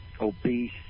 obese